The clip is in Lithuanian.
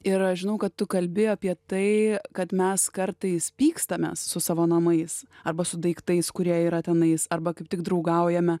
ir aš žinau kad tu kalbi apie tai kad mes kartais pykstamės su savo namais arba su daiktais kurie yra tenais arba kaip tik draugaujame